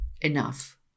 enough